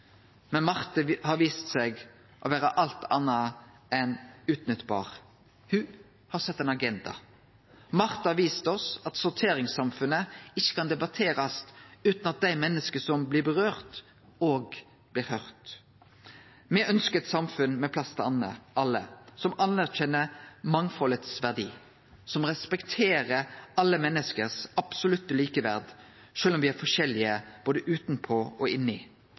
Men Marte har vist seg å vere alt anna enn ei som kan utnyttast. Ho har sett ein agenda. Marte har vist oss at sorteringssamfunnet ikkje kan debatterast utan at dei menneska som det vedkjem, òg blir høyrde. Me ønskjer eit samfunn med plass til alle, som anerkjenner verdien av mangfaldet, som respekterer det absolutte likeverdet til alle menneske, sjølv om me er forskjellige både utanpå og